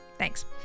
Thanks